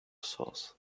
sauce